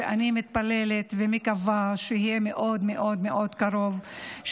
ואני מתפללת ומקווה שיהיה מאוד מאוד מאוד קרוב,